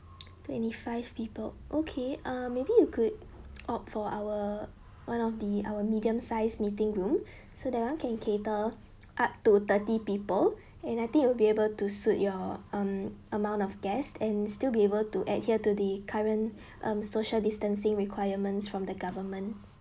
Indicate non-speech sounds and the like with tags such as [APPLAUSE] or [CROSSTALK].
twenty five people okay uh maybe you could [NOISE] opt for our one of the our medium size meeting room [BREATH] so that one can cater up to thirty people and I think it'll be able to suit your um amount of guest and still be able to adhere to the current [BREATH] um social distancing requirements from the government